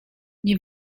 nie